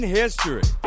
history